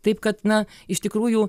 taip kad na iš tikrųjų